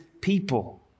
people